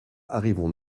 arrivons